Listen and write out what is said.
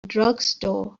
drugstore